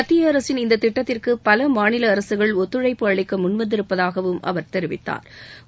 மத்திய அரசின் இந்தத் திட்டத்திற்கு ஏற்கனவே பல மாநில அரசுகள் ஒத்துழைப்பு அளிக்க முன்வந்திருப்பதாகவும் அவர் தெரிவித்தாா்